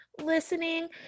listening